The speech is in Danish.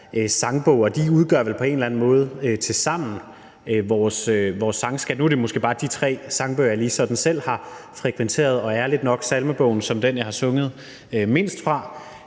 de udgør vel på en eller anden måde tilsammen vores sangskat. Nu er det måske bare de tre sangbøger, jeg lige sådan selv har frekventeret, og ærligt nok Salmebogen som den, jeg har sunget mindst fra.